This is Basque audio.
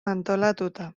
antolatuta